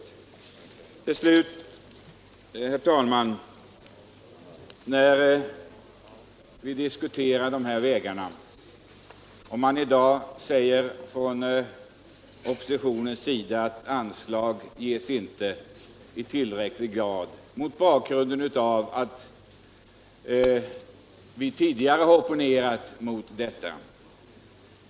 Oppositionen säger i dag att de föreslagna anslagen inte är tillräckliga mot bakgrund av de krav som vi tidigare har framfört.